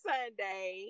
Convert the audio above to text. Sunday